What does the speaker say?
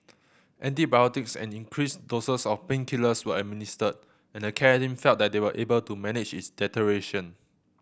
antibiotics and increased doses of painkillers were administered and the care team felt they were able to manage its deterioration